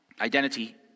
identity